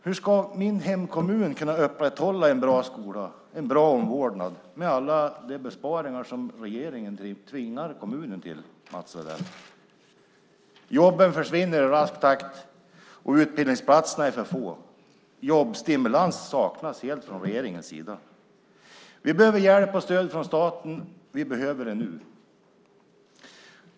Hur ska min hemkommun kunna upprätthålla en bra skola, en bra omvårdnad med alla de besparingar som regeringen tvingar kommunen till, Mats Odell? Jobben försvinner i rask takt och utbildningsplatserna är för få. Jobbstimulans från regeringens sida saknas helt. Vi behöver hjälp och stöd från staten. Vi behöver det nu.